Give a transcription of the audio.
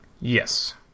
Yes